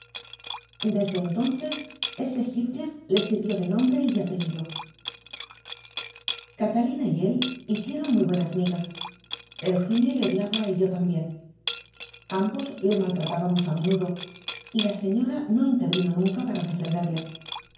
desde entonces ese heathcliff le sirvió de nombre y de apellido catalina y él hicieron muy buenas migas pero hindley le odiaba y yo también ambos le maltratábamos a menudo y la señora no intervino nunca para defenderle